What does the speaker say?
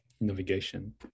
navigation